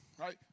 Right